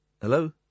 Hello